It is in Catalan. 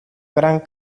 gran